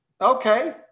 okay